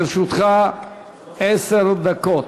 לרשותך עשר דקות.